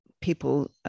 people